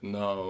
no